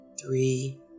three